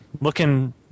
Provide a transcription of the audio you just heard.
Looking